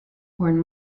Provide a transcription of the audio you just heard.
born